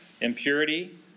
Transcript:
impurity